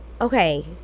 Okay